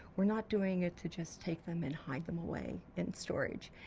we're not doing it to just take them and hide them away in storage.